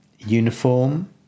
Uniform